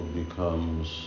becomes